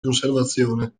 conservazione